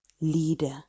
leader